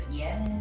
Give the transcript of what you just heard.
yes